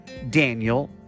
Daniel